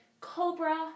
cobra